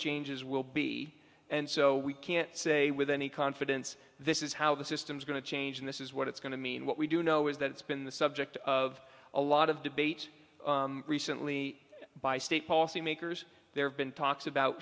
changes will be and so we can't say with any confidence this is how the system's going to change and this is what it's going to mean what we do know is that it's been the subject of a lot of debate recently by state policymakers there have been talks about